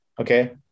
okay